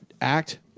act